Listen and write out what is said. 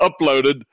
uploaded